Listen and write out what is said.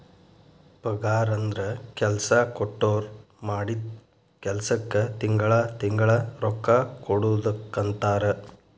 ಪಗಾರಂದ್ರ ಕೆಲ್ಸಾ ಕೊಟ್ಟೋರ್ ಮಾಡಿದ್ ಕೆಲ್ಸಕ್ಕ ತಿಂಗಳಾ ತಿಂಗಳಾ ರೊಕ್ಕಾ ಕೊಡುದಕ್ಕಂತಾರ